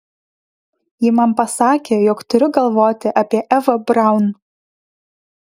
ji man pasakė jog turiu galvoti apie evą braun